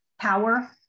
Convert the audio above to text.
power